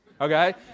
okay